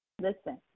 Listen